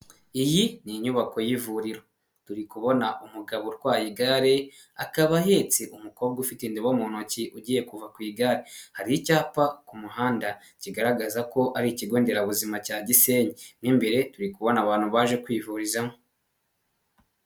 Iyi ni inyubako y'ivuriro turi kubona umugabo utwaye igare akaba ahetse umukobwa ufite indobo mu ntoki ugiye kuva ku igare hari icyapa ku muhanda kigaragaza ko ari ikigo nderabuzima cya Gisenyi mo imbere turi kubona abantu baje kwivurizamo.